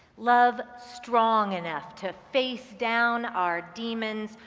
love strong enough to face down our demons,